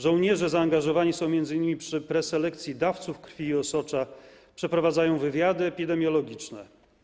Żołnierze zaangażowani są m.in. przy preselekcji dawców krwi i osocza, przeprowadzają wywiady epidemiologiczne.